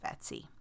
Etsy